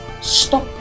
Stop